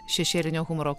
šešėlinio humoro